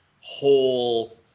whole